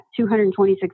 226